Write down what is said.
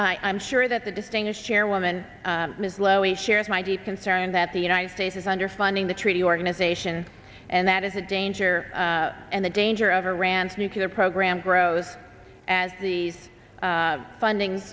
i'm sure that the distinguished chairwoman ms lowy shares my deep concern that the united states is underfunding the treaty organization and that is a danger and the danger of iran's nuclear program grows as these finding